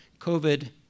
COVID